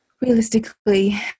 realistically